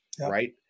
right